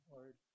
Lord